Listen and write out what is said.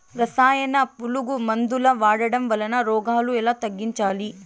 రసాయన పులుగు మందులు వాడడం వలన రోగాలు ఎలా తగ్గించాలి?